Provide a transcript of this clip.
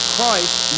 Christ